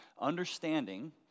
Understanding